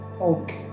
Okay